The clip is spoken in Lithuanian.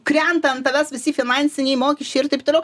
krenta ant tavęs visi finansiniai mokesčiai ir taip toliau